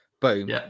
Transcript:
Boom